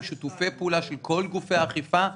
עם שיתופי פעולה של גופי האכיפה.